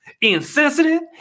insensitive